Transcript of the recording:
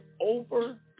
over